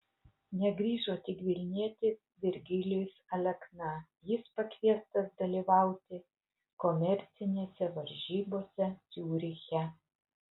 negrįžo tik vilnietis virgilijus alekna jis pakviestas dalyvauti komercinėse varžybose ciuriche